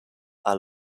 are